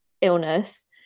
illness